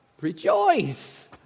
rejoice